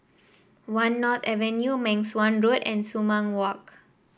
One North Avenue Meng Suan Road and Sumang Walk